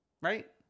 Right